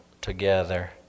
together